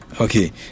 Okay